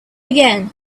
again